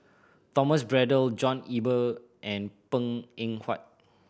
Thomas Braddell John Eber and Png Eng Huat